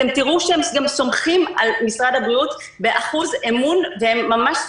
אתם תראו שהם גם סומכים על משרד הבריאות באחוז אמון גבוה.